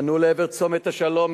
פנו לעבר צומת השלום,